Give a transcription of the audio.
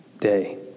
day